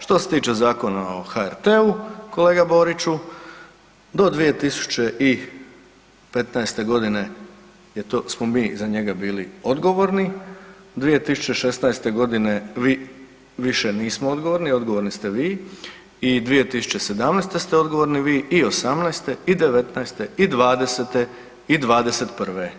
Što se tiče Zakona o HRT-u kolega Boriću, do 2015.g. smo mi za njega bili odgovorni, 2016.g. mi više nismo odgovorni, odgovorni ste vi i 2017. ste odgovorni vi i '18. i '19. i '20. i '21.